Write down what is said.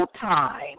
time